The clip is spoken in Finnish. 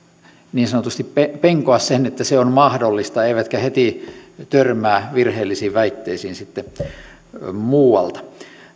niin sanotusti penkoa sen että se on mahdollista eivätkä heti törmää virheellisiin väitteisiin sitten muualta